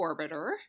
orbiter